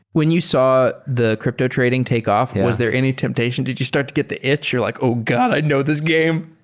when you saw the crypto trading take off, was there any temptation? did you start to get the itch? you're like, oh god! i know this game.